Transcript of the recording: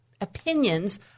opinions